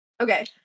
Okay